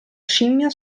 scimmia